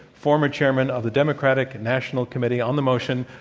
former chairman of the democratic national committee, on the motion.